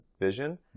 vision